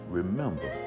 remember